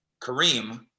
Kareem